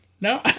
No